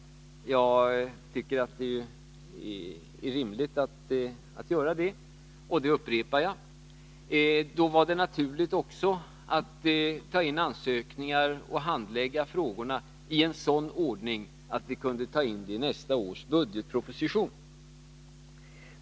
Jag upprepar att jag tycker det är rimligt att göra en sådan bedömning. Då har det också varit naturligt att ta in ansökningar och handlägga frågorna i sådan ordning att det kan tas in i nästa års budgetproposition.